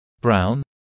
brown